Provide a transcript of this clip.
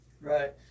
Right